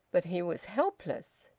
but he was helpless.